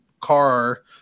car